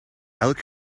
elk